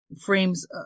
frames